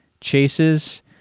Chase's